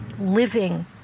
living